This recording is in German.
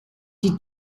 die